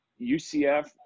UCF